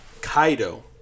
Kaido